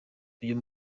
uyu